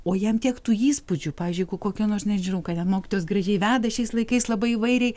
o jam tiek tų įspūdžių pavyzdžiui jeigu kokia nors nežinau mokytojas gražiai veda šiais laikais labai įvairiai